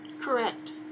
Correct